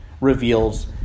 reveals